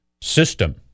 system